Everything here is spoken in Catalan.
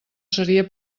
seria